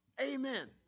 Amen